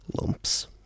lumps